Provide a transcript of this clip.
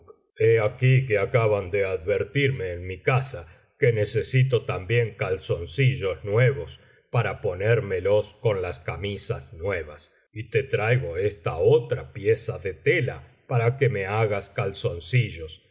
aquí que acaban de advertirme en mi casa que necesito también calzoncillos nuevos para ponérmelos con las camisas nuevas y te traigo esta otra pieza de tela para que me hagas calzoncillos